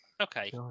Okay